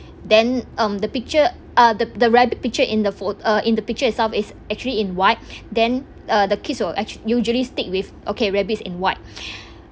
then um the picture uh the the rabbit picture in the phone uh in the picture itself is actually in white then uh the kids will usually stick with okay rabbits n white